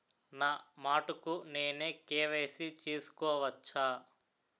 నా మటుకు నేనే కే.వై.సీ చేసుకోవచ్చా?